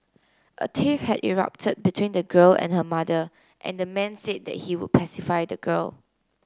a tiff had erupted between the girl and her mother and the man said that he would pacify the girl